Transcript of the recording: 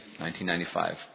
1995